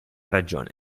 ragione